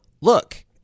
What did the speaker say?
look